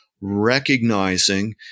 recognizing